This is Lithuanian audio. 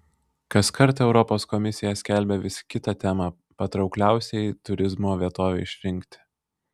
kaskart europos komisija skelbia vis kitą temą patraukliausiai turizmo vietovei išrinkti